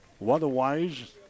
Weather-wise